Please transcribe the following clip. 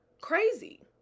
crazy